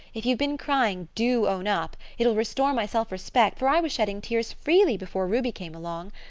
if you've been crying do own up. it will restore my self-respect, for i was shedding tears freely before ruby came along.